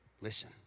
listen